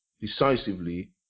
decisively